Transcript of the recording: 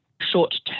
short-term